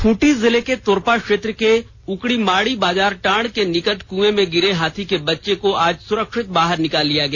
खूंटी जिले के तोरपा क्षेत्र के उकड़ीमाड़ी बाजारटांड़ के निकट कुएं में गिरे हाथी के बच्चे को आज सुरक्षित बाहर निकाल लिया गया